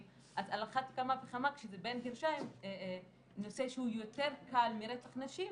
אז על אחת כמה וכמה נושא שהוא יותר קל מרצח נשים,